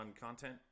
content